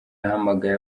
yahamagaye